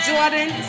Jordan